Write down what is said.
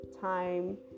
time